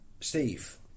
Steve